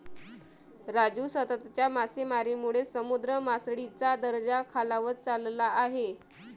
राजू, सततच्या मासेमारीमुळे समुद्र मासळीचा दर्जा खालावत चालला आहे